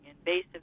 invasive